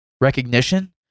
recognition